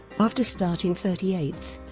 after starting thirty eighth,